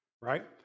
right